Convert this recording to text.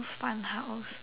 most fun house